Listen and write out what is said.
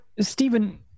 Stephen